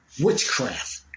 witchcraft